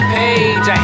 page